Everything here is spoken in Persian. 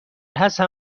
حسن